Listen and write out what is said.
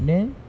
then